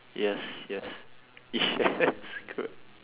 yes yes yes good